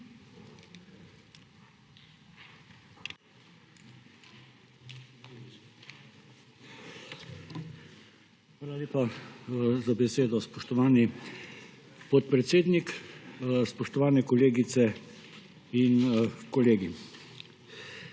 Hvala lepa za besedo, spoštovani podpredsednik. Spoštovane kolegice in kolegi!